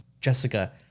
Jessica